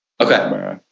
Okay